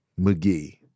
McGee